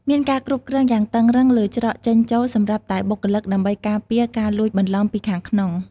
មានការគ្រប់គ្រងយ៉ាងតឹងរ៉ឹងលើច្រកចេញចូលសម្រាប់តែបុគ្គលិក ដើម្បីការពារការលួចបន្លំពីខាងក្នុង។